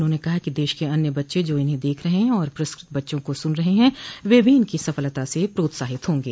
उन्होंने कहा कि देश के अन्य बच्चे जो इन्हें देख रहे हैं और पुरस्कृत बच्चों को सुन रहे ह वे भी इनकी सफलता से प्रोत्साहित होंगे